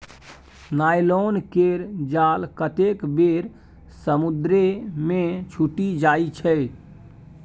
nylon केर जाल कतेक बेर समुद्रे मे छुटि जाइ छै